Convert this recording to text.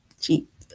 cheap